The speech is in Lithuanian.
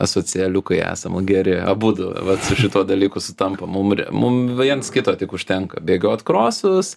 asocialiukai esam geri abudu vat su šituo dalyku sutampam mum mums viens kito tik užtenka bėgiot krosus